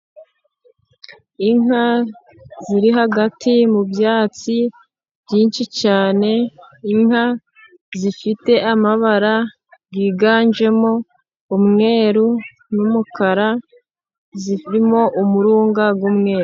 Inka ziri hagati mu byatsi byinshi cyane inka zifite amabara yiganjemo umweru n'umukara zirimo umurunga w'umweru.